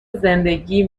زندگی